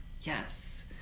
yes